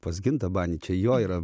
pas gintą banį čia jo yra